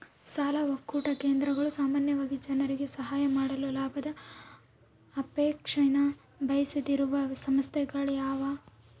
ಸಾಲ ಒಕ್ಕೂಟ ಕೇಂದ್ರಗಳು ಸಾಮಾನ್ಯವಾಗಿ ಜನರಿಗೆ ಸಹಾಯ ಮಾಡಲು ಲಾಭದ ಅಪೇಕ್ಷೆನ ಬಯಸದೆಯಿರುವ ಸಂಸ್ಥೆಗಳ್ಯಾಗವ